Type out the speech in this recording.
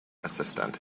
assistant